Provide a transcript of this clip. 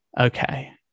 Okay